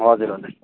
हजुर हजुर